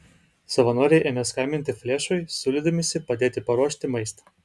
savanoriai ėmė skambinti flešui siūlydamiesi padėti paruošti maistą